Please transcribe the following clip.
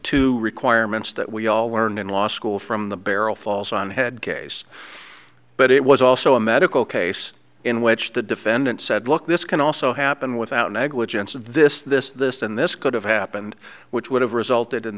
two requirements that we all learned in law school from the barrel false on head case but it was also a medical case in which the defendant said look this can also happen without negligence of this this this and this could have happened which would have resulted in